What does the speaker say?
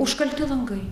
užkalti langai